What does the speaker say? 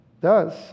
Thus